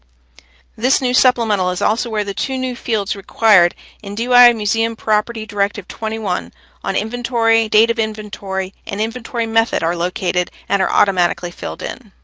this new supplemental is also where the two new fields required in doi museum property directive twenty one on inventory, date of inventory, and inventory method are located and are automatically filled in.